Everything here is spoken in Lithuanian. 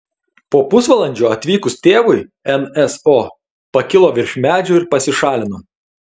po pusvalandžio atvykus tėvui nso pakilo virš medžių ir pasišalino